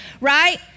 right